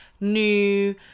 new